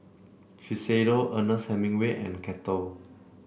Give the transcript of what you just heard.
Shiseido Ernest Hemingway and Kettle